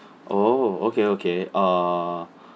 oh okay okay uh